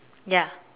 ya